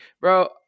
bro